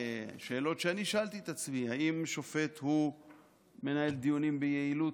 שאלות שאני שאלתי את עצמי: האם שופט מנהל דיונים ביעילות,